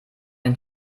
dem